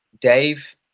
dave